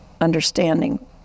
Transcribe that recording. understanding